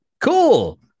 cool